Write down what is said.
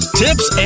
tips